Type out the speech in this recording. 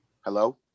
Hello